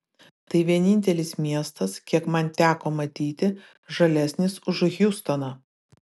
tai vienintelis miestas kiek man teko matyti žalesnis už hjustoną